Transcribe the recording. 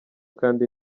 kandi